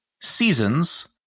Seasons